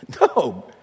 No